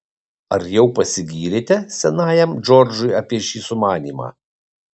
ar jau pasigyrėte senajam džordžui apie šį sumanymą